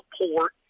support